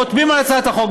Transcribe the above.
חותמים על הצעת החוק,